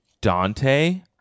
Dante